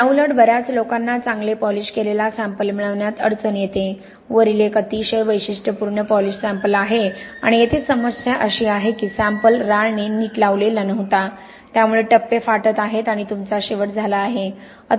याउलट बर्याच लोकांना चांगले पॉलिश केलेला सॅम्पल मिळविण्यात अडचण येते वरील एक अतिशय वैशिष्ट्यपूर्ण पॉलिश सॅम्पल आहे आणि येथे समस्या अशी आहे की सॅम्पल राळने नीट लावलेला नव्हता त्यामुळे टप्पे फाटत आहेत आणि तुमचा शेवट झाला आहे